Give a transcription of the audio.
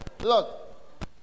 Look